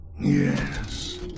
Yes